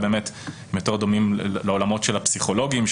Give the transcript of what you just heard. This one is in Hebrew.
הם יותר דומים לעולמות של הפסיכולוגים,